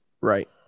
right